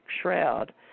shroud